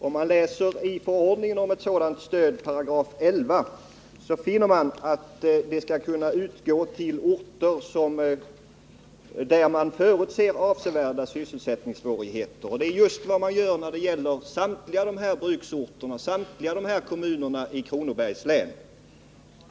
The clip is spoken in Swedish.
Enligt förordningen om regionalpolitiskt stöd 11 § skall sådant stöd kunna utgå till orter där man förutser avsevärda sysselsättningssvårigheter. Så är ju fallet när det gäller samtliga drabbade bruksorter och kommuner i Kronobergs län.